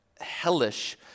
hellish